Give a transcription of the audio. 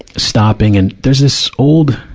stopping and there's this old,